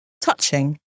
touching